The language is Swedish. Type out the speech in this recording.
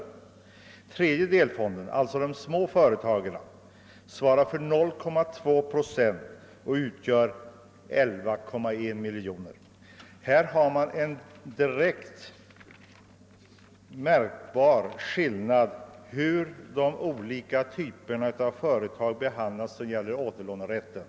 För den tredje delfonden, småföretagen, är siffran för återlån 0,2 procent, d.v.s. 11,1 miljoner kronor. Detta visar klart hur de olika typerna av företag behandlas när det gäller återlånerätten.